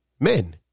men